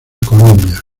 colombia